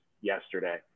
yesterday